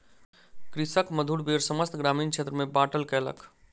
कृषक मधुर बेर समस्त ग्रामीण क्षेत्र में बाँटलक कयलक